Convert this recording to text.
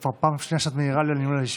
זו כבר פעם שנייה שאת מעירה לי על ניהול הישיבה.